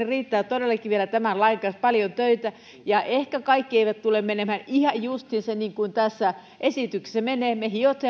riittää todellakin vielä tämän lain kanssa paljon töitä ja ehkä kaikki ei tule menemään ihan justiinsa niin kuin tässä esityksessä menee me hiomme